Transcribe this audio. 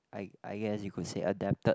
I I guess you could say adapted